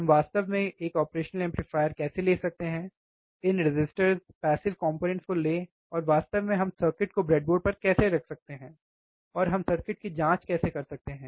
हम वास्तव में एक ऑपरेशनल एम्पलीफायर कैसे ले सकते हैं इन रेसिस्टर्स पैसिव कंपोनेंट्स को लें और वास्तव में हम सर्किट को ब्रेडबोर्ड पर कैसे रख सकते हैं और हम सर्किट की जांच कैसे कर सकते हैं